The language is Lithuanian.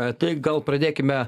taip gal pradėkime